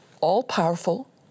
all-powerful